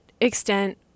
extent